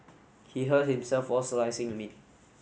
he hurt himself while slicing the meat